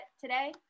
today